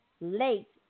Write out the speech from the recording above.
late